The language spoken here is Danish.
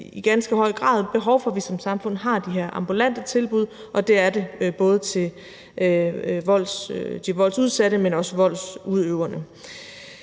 i ganske høj grad et behov for, at vi som samfund har de her ambulante tilbud, og det er det både i forhold til de voldsudsatte, men også voldsudøverne.